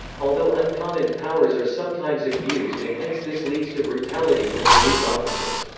although uncommon, powers are sometimes abused and hence this leads to brutality from police officers.